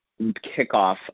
kickoff